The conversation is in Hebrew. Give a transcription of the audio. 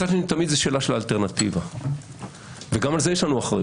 מצד שני תמיד זה שאלה של אלטרנטיבה וגם על זה יש לנו אחריות.